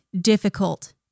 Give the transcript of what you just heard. difficult